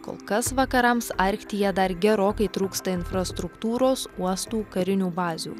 kol kas vakarams arktyje dar gerokai trūksta infrastruktūros uostų karinių bazių